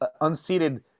unseated